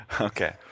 Okay